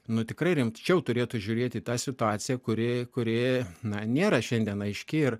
nu tikrai rimčiau turėtų žiūrėti į tą situaciją kuri kuri na nėra šiandien aiški ir